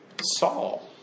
Saul